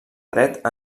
dret